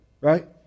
right